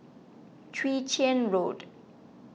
Chwee Chian Road